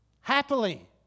happily